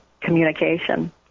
communication